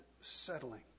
settling